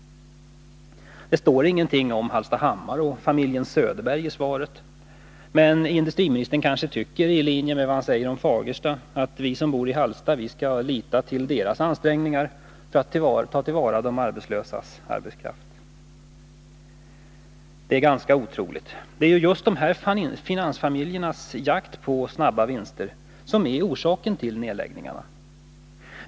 Det står ingenting om Hallstahammar och familjen Söderberg i svaret, men industriministern tycker kanske i linje med vad han säger om Fagersta bruk att vi som bor i Hallstahammar skall lita på deras ansträngningar för att ta till vara de arbetslösas arbetskraft. Det är ganska otroligt. Det är ju just dessa finansfamiljers jakt på snabba vinster som är orsaken till nedläggningarna.